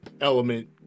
element